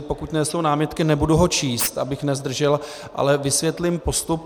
Pokud nejsou námitky, nebudu ho číst, abych nezdržel, ale vysvětlím postup.